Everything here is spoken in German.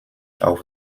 auf